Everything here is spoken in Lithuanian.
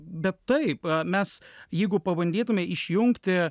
bet taip mes jeigu pabandytume išjungti